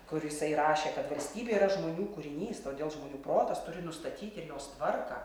kur jisai rašė kad valstybė yra žmonių kūrinys todėl žmonių protas turi nustatyti ir jos tvarką